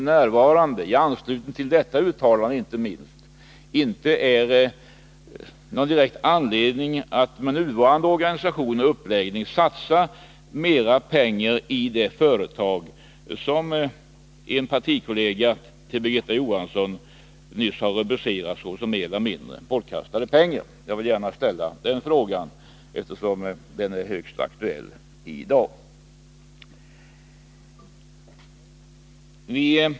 — inte minst mot bakgrund av detta uttalande — inte finns någon direkt anledning att med nuvarande organisation och uppläggning satsa mera pengar på detta företag, en satsning som en partikollega till Birgitta Johansson har rubricerat som mer eller mindre bortkastade pengar? Jag vill gärna ställa den frågan, eftersom den är högst aktuell i dag.